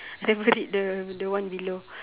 never read the the one below